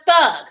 thug